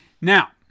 Now